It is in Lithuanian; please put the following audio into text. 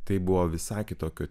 tai buvo visai kitokio